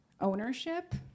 ownership